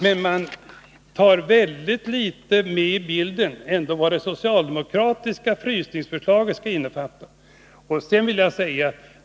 Men man tar väldigt litet med i bilden vad det socialdemokratiska frysningsförslaget innefattar.